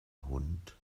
hund